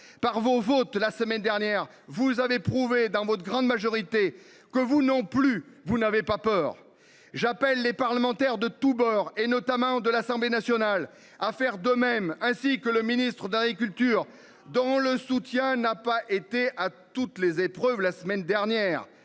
par vos votes la semaine dernière vous avez prouvé dans votre grande majorité que vous non plus vous n'avez pas peur. J'appelle les parlementaires de tous bords et notamment de l'Assemblée nationale à faire de même, ainsi que le ministre de l'agriculture dont le soutien n'a pas été à toutes les épreuves, la semaine dernière,